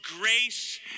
grace